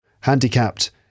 Handicapped